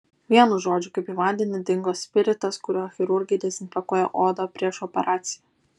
vienu žodžiu kaip į vandenį dingo spiritas kuriuo chirurgai dezinfekuoja odą prieš operaciją